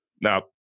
Now